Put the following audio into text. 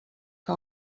que